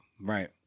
right